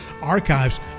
archives